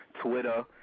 Twitter